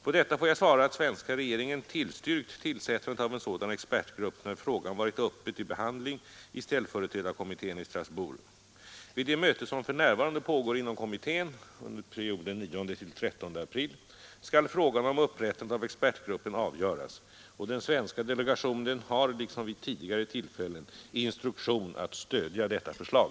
På detta får jag svara att svenska regeringen tillstyrkt tillsättandet av en sådan expertgrupp när frågan varit uppe till behandling i ställföreträdarkommittén i Strasbourg. Vid det möte som för närvarande pågår inom kommittén skall frågan om upprättandet av expertgruppen avgöras, och den svenska delegationen har liksom vid tidigare tillfällen instruktion att stödja detta förslag.